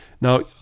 Now